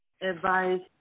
advice